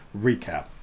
recap